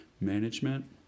management